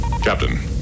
Captain